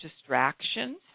distractions